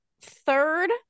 third